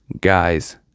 guys